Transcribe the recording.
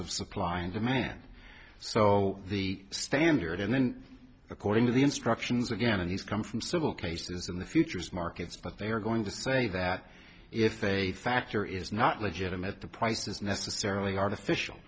of supply and demand so the standard and then according to the instructions again of these come from civil cases in the futures markets but they are going to say that if a factor is not legitimate the price is necessarily artificial